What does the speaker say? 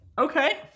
Okay